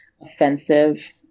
offensive